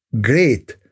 great